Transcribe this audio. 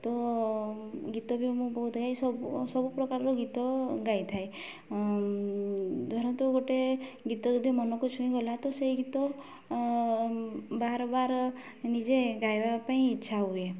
ତ ଗୀତ ବି ମୁଁ ବହୁତ ହେଇ ସବୁ ସବୁ ପ୍ରକାରର ଗୀତ ଗାଇଥାଏ ଧରନ୍ତୁ ଗୋଟେ ଗୀତ ଯଦି ମନକୁ ଛୁଇଁ ଗଲା ତ ସେଇ ଗୀତ ବାର ବାର ନିଜେ ଗାଇବା ପାଇଁ ଇଚ୍ଛା ହୁଏ